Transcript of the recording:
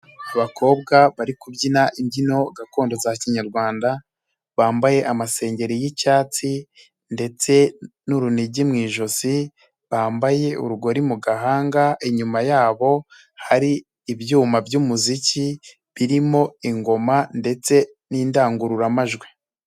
Abakobwa bari kubyina imbyino gakondo za kinyarwanda, bambaye amasengeri y'icyatsi ndetse n'urunigi mu ijosi, bambaye urugori mu gahanga, inyuma yabo hari ibyuma by'umuziki, birimo ingoma ndetse n'indangururamajwi.